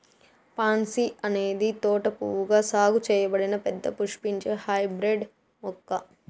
pansy అనేది తోట పువ్వుగా సాగు చేయబడిన పెద్ద పుష్పించే హైబ్రిడ్ మొక్క